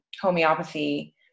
homeopathy